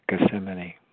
Gethsemane